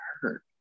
hurt